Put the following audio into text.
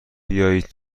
بیایید